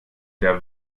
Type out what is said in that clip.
der